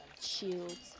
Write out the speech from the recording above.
shields